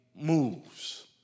moves